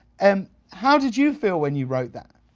and how did you feel when you wrote that?